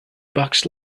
bucks